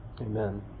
Amen